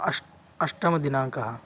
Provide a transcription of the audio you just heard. अष्ट् अष्टमदिनाङ्कः